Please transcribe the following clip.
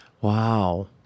Wow